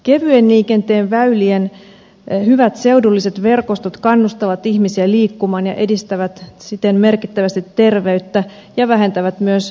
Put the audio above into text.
kevyen liikenteen väylien hyvät seudulliset verkostot kannustavat ihmisiä liikkumaan ja edistävät siten merkittävästi terveyttä ja vähentävät myös